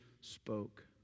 spoke